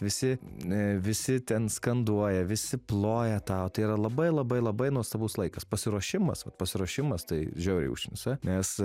visi visi ten skanduoja visi ploja tau tai yra labai labai labai nuostabus laikas pasiruošimas vat pasiruošimas tai žiauriai užknisa nes